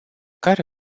care